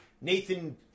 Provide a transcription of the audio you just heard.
Nathan